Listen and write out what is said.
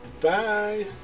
Bye